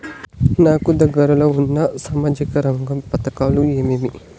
నాకు దగ్గర లో ఉన్న సామాజిక రంగ పథకాలు ఏమేమీ?